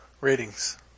Ratings